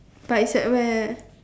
but it's at where